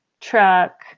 truck